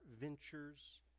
ventures